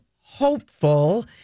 hopeful